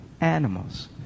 animals